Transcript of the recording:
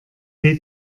tee